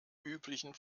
üblichen